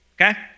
okay